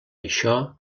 això